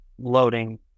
Loading